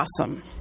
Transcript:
awesome